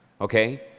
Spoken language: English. Okay